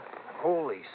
Holy